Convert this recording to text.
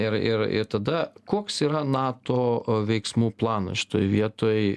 ir ir ir tada koks yra nato veiksmų planas šitoj vietoj